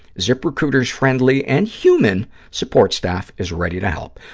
ziprecruiter's friendly and human support staff is ready to help.